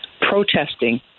protesting